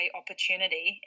opportunity